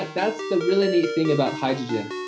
but that's the really neat thing about hydrogen,